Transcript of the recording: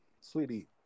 Sweetie